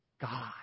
God